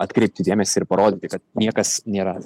atkreipti dėmesį ir parodyti kad niekas nėra